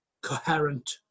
coherent